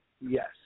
Yes